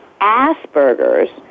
Asperger's